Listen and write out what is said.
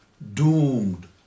Doomed